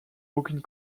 aucune